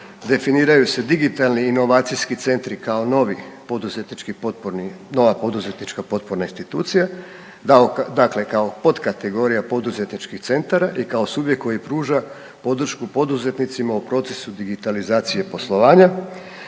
definiraju se digitalni inovacijski centri kao novi poduzetnički potporni, nova poduzetnička potporna institucija, dakle kao podkategorija poduzetničkih centara i kao subjekt koji pruža podršku poduzetnicima u procesu digitalizacije poslovanja.